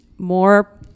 more